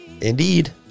indeed